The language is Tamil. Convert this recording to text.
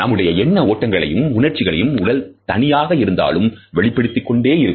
நம்முடைய எண்ண ஓட்டங்களையும் உணர்ச்சிகளையும் உடல் தனியாக இருந்தாலும் வெளிப்படுத்திக் கொண்டே இருக்கும்